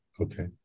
Okay